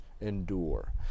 endure